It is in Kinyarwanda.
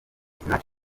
sinach